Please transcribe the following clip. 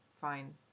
fine